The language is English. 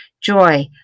joy